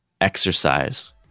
exercise